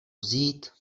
vzít